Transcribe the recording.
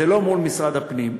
זה לא מול משרד הפנים.